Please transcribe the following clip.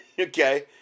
Okay